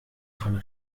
von